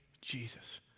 Jesus